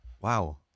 Wow